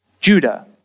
Judah